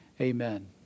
amen